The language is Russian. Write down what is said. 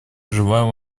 желаю